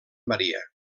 maria